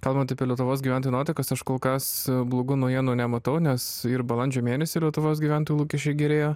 kalbant apie lietuvos gyventojų nuotaikas aš kol kas blogų naujienų nematau nes ir balandžio mėnesį lietuvos gyventojų lūkesčiai gerėjo